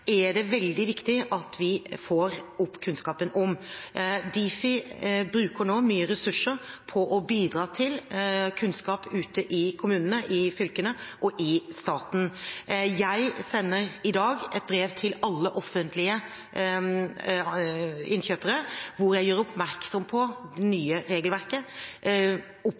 er det veldig viktig at vi får opp kunnskapen om. Difi bruker nå mange ressurser på å bidra til kunnskap ute i kommunene, i fylkene og i staten. Jeg sender i dag et brev til alle offentlige innkjøpere hvor jeg gjør oppmerksom på det nye regelverket,